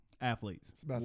athletes